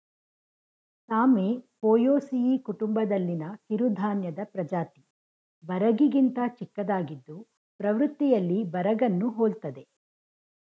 ಸಾಮೆ ಪೋಯೇಸಿಯಿ ಕುಟುಂಬದಲ್ಲಿನ ಕಿರುಧಾನ್ಯದ ಪ್ರಜಾತಿ ಬರಗಿಗಿಂತ ಚಿಕ್ಕದಾಗಿದ್ದು ಪ್ರವೃತ್ತಿಯಲ್ಲಿ ಬರಗನ್ನು ಹೋಲ್ತದೆ